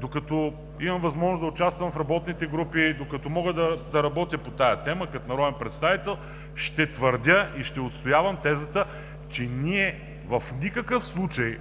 докато имам възможност да участвам в работните групи, докато мога да работя по тази тема като народен представител, ще твърдя и ще отстоявам тезата, че ние в никакъв случай